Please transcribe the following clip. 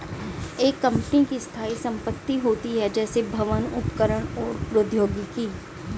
एक कंपनी की स्थायी संपत्ति होती हैं, जैसे भवन, उपकरण और प्रौद्योगिकी